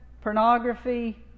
pornography